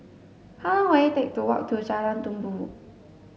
how long will it take to walk to Jalan Tumpu